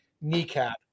kneecap